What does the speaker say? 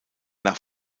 nach